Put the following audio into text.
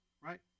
Right